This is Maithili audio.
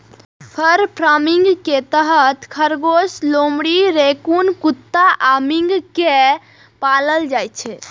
फर फार्मिंग के तहत खरगोश, लोमड़ी, रैकून कुत्ता आ मिंक कें पालल जाइ छै